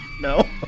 No